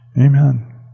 Amen